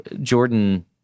Jordan